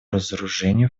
разоружению